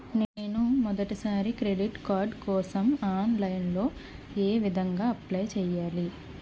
నేను మొదటిసారి credit card కోసం ఆన్లైన్ లో ఏ విధంగా అప్లై చేయాలి?